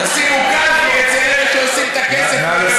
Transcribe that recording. תשימו קלפי אצל אלה שעושים את הכסף, נראה אתכם.